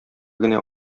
генә